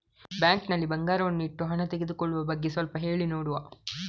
Bank ನಲ್ಲಿ ಬಂಗಾರವನ್ನು ಇಟ್ಟು ಹಣ ತೆಗೆದುಕೊಳ್ಳುವ ಬಗ್ಗೆ ಸ್ವಲ್ಪ ಹೇಳಿ ನೋಡುವ?